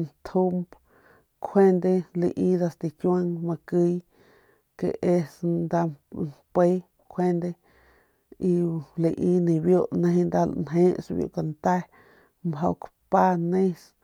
ntjump kjuende lai nda stikiuang makiy ke es nda mpe kjuende y lai nibiu nijiy nda lanjeus biu kante mjau kapa nes.